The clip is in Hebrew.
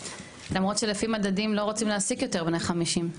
למרות שלפי מדדים לא רוצים להעסיק יותר בני 50,